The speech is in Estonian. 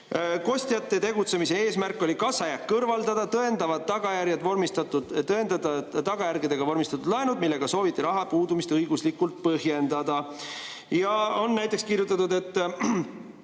kostjate tegutsemise eesmärk oli kassajääk kõrvaldada, tõendavad tagantjärele vormistatud laenud, millega sooviti raha puudumist õiguslikult põhjendada. Ja on näiteks kirjutatud, et